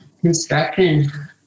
construction